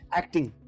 acting